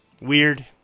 Weird